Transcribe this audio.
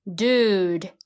dude